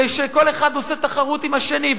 ושכל אחד עושה תחרות עם השני,